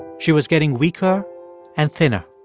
she was getting weaker and thinner.